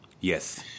Yes